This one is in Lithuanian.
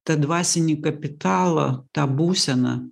tą dvasinį kapitalą tą būseną